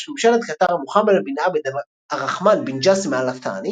ראש ממשלת קטאר מוחמד בן עבד א-רחמן בן ג'אסם אאל ת'אני